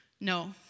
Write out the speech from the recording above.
No